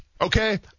okay